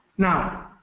now